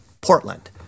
Portland